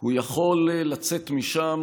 הוא יכול לצאת משם